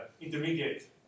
intermediate